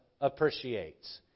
appreciates